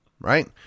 Right